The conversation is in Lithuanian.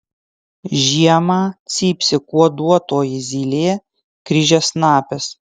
žiemą cypsi kuoduotoji zylė kryžiasnapis